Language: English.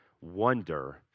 wonder